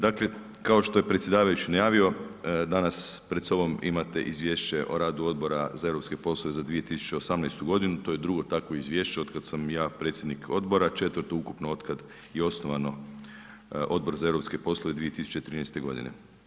Dakle, kao što je predsjedavajući najavio danas pred sobom imate Izvješće o radu Odbora za europske poslove za 2018. godinu, to je drugo takvo izvješće od kada sam ja predsjednik odbora, četvrto ukupno je osnovan Odbor za europske poslove 2013. godine.